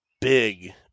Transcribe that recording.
big